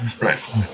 right